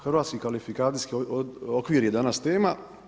Hrvatski kvalifikacijski okvir je danas tema.